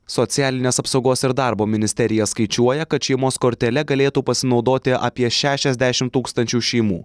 socialinės apsaugos ir darbo ministerija skaičiuoja kad šeimos kortele galėtų pasinaudoti apie šešiasdešimt tūkstančių šeimų